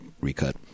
recut